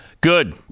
Good